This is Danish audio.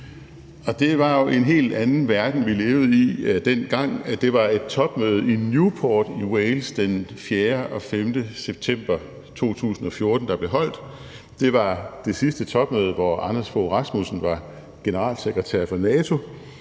det var jo en helt anden verden, vi levede i dengang. Det var et topmøde, der blev holdt i Newport i Wales den 4. og den 5. september 2014, og det var det sidste topmøde, hvor Anders Fogh Rasmussen var generalsekretær for NATO,